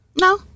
no